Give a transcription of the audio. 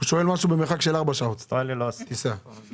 הוא שואל על מדינה במרחק של 4 שעות טיסה מכאן.